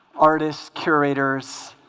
artists curators